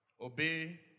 Obey